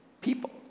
people